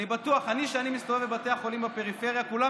כשאני מסתובב בבתי החולים בפריפריה כולם